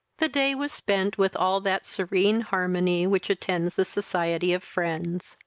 the day was spent with all that serene harmony which attends the society of friends.